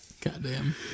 Goddamn